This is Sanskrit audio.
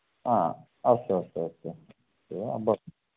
आम् अस्तु अस्तु अस्तु एवम्